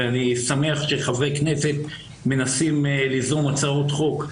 ואני שמח שחברי כנסת מנסים ליזום הצעות חוק,